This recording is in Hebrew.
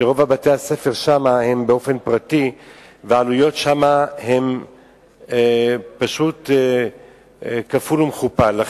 שרוב בתי-הספר שם הם פרטיים והעלויות שם פשוט כפולות ומכופלות.